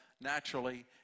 naturally